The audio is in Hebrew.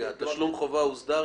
תשלום חובה הוסדר?